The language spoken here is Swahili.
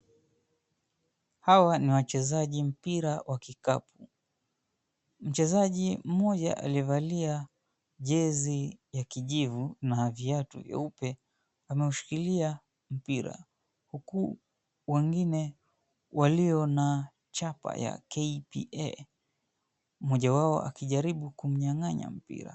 Hawa ni wachezaji mpira wa kikapu. Mchezaji mmoja aliyevalia jezi ya kijivu na viatu vyeupe ameushikilia mpira, huku wengine walio na chapa ya KPA, mmoja wao akijaribu kumnyang'anya mpira.